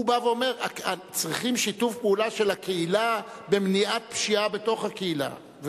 הוא בא ואומר שצריכים שיתוף פעולה של הקהילה במניעת פשיעה בתוך הקהילה.